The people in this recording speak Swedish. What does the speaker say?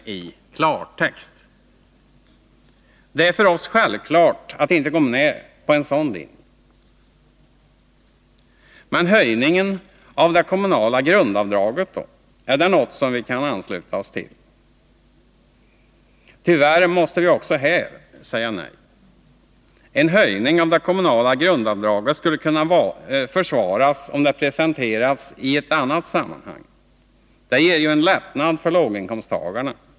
Det är för oss självklart att inte följa en sådan linje. Men höjningen av det kommunala grundavdraget då, är det något som vi kan ansluta oss till? Tyvärr måste vi också här säga nej. En höjning av det kommunala grundavdraget skulle ha kunnat försvaras om förslaget hade presenterats i ett annat sammanhang. Det ger ju en lättnad för låginkomsttagarna.